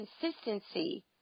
consistency